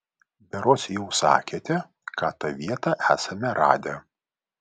berods jau sakėte kad tą vietą esame radę